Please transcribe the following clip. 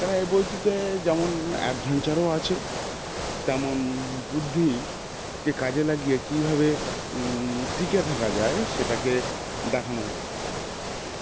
কেননা এই বইটিতে যেমন অ্যাডভেঞ্চারও আছে তেমন বুদ্ধিকে কাজে লাগিয়ে কীভাবে টিকা থাকা যায় সেটাকে দেখানো হয়েছে